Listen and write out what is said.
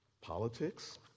politics